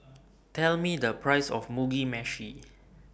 Tell Me The Price of Mugi Meshi